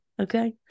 Okay